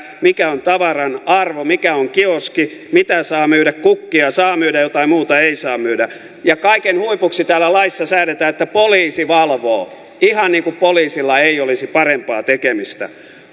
mikä on tavaran arvo mikä on kioski mitä saa myydä kukkia saa myydä jotain muuta ei saa myydä ja kaiken huipuksi täällä laissa säädetään että poliisi valvoo ihan niin kuin poliisilla ei olisi parempaa tekemistä